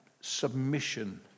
submission